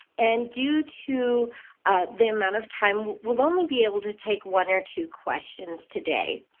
and due to the amount of time we'll only be able to take one or two questions today.